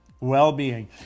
well-being